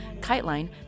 KiteLine